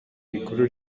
rikuru